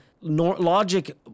Logic